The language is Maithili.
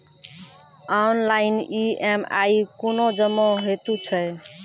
ऑनलाइन ई.एम.आई कूना जमा हेतु छै?